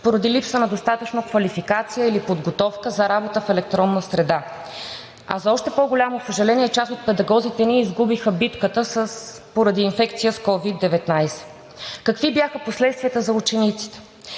поради липса на достатъчно квалификация или подготовка за работа в електронна среда. За още по-голямо съжаление, част от педагозите ни изгубиха битката поради инфекция с COVID-19. Какви бяха последствията за учениците?